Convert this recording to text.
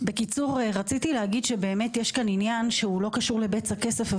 בקיצור רציתי להגיד שבאמת יש כאן עניין שהוא לא קשור לבצע כסף,